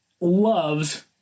loves